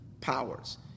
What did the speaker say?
powers